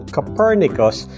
Copernicus